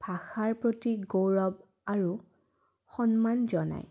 ভাষাৰ প্ৰতি গৌৰৱ আৰু সন্মান জনায়